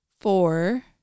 four